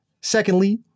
Secondly